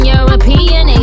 European